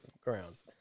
grounds